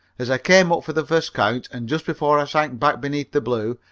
as i came up for the first count, and just before i sank back beneath the blue,